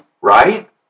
right